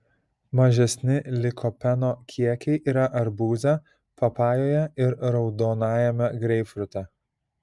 mažesni likopeno kiekiai yra arbūze papajoje ir raudonajame greipfrute